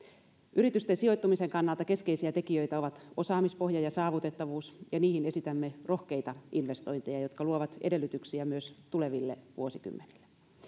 yritysten sijoittumisen kannalta keskeisiä tekijöitä ovat osaamispohja ja saavutettavuus ja niihin esitämme rohkeita investointeja jotka luovat edellytyksiä myös tuleville vuosikymmenille